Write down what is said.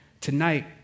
tonight